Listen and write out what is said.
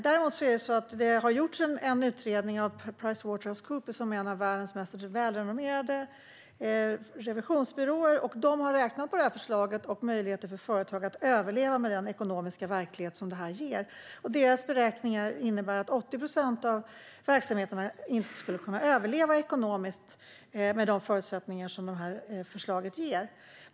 Däremot har det gjorts en utredning av Pricewaterhousecoopers, som är en av världens mest välrenommerade revisionsbyråer. De har räknat på detta förslag och på möjligheterna för företag att överleva med den ekonomiska verklighet som det ger. Deras beräkningar visar att 80 procent av verksamheterna inte skulle kunna överleva ekonomiskt med de förutsättningar som detta förslag ger.